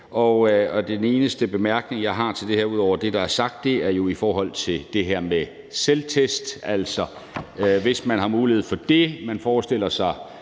og den eneste bemærkning, jeg har til det her, ud over det, der er sagt, er i forhold til det her med selvtest, altså hvis man skal have mulighed for det. Man forestiller sig,